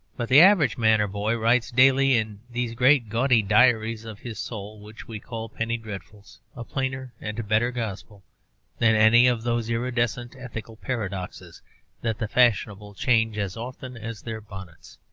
but the average man or boy writes daily in these great gaudy diaries of his soul, which we call penny dreadfuls, a plainer and better gospel than any of those iridescent ethical paradoxes that the fashionable change as often as their bonnets.